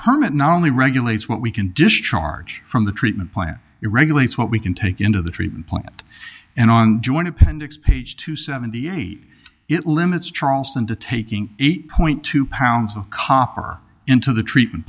permit not only regulates what we can discharge from the treatment plant it regulates what we can take into the treatment plant and on the joint appendix page two seventy eight it limits charleston to taking eight point two pounds of copper into the treatment